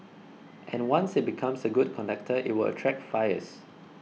and once it becomes a good conductor it will attract fires